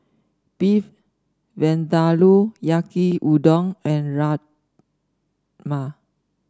Beef Vindaloo Yaki Udon and Rajma